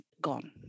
gone